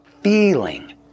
feeling